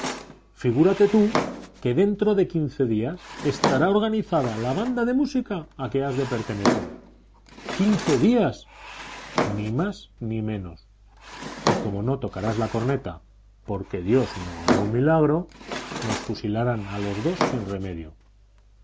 figúrate tú que dentro de quince días estará organizada la banda de música a que has de pertenecer quince días ni más ni menos y como no tocarás la corneta porque dios no hará un milagro nos fusilarán a los dos sin remedio